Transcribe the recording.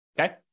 Okay